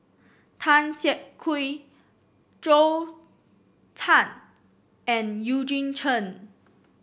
Tan Siak Kew Zhou Can and Eugene Chen